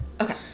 Okay